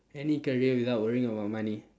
any career without worrying about money